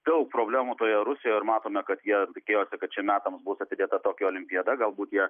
daug problemų toje rusijoje ir matome kad jie tikėjosi kad čia metams bus atidėta tokijo olimpiada galbūt jie